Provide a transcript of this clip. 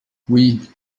oui